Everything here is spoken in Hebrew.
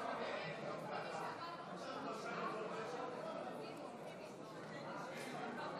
הודעת הממשלה בדבר הקמת המשרד לקידום מעמד האישה,